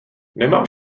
nemám